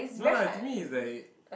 no lah to me is like